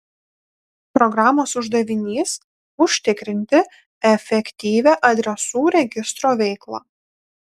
programos uždavinys užtikrinti efektyvią adresų registro veiklą